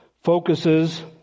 focuses